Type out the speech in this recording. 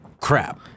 crap